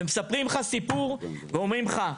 ומספרים לך סיפור ואומרים לך: